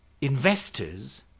investors